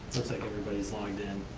looks like everybody's logged in.